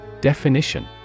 Definition